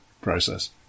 process